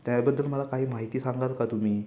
त्याबद्दल मला काही माहिती सांगाल का तुम्ही